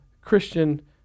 Christian